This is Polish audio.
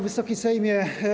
Wysoki Sejmie!